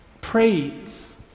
praise